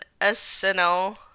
SNL